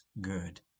good